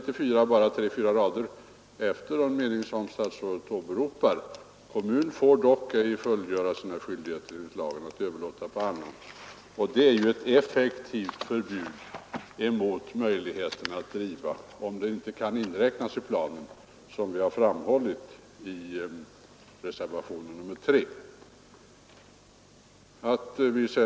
Och bara tre fyra rader efter den mening som statsrådet åberopade på s. 94 upprepas detta: ”Kommun får dock ej fullgöra sina skyldigheter enligt lagen genom att överlåta på annan att bedriva förskoleverksamheten.” Om de privata förskolorna inte får inräknas i planen innebär det, som nu har framhållits i reservationen 3, ett effektivt förbud mot att bedriva enskild förskoleverksamhet.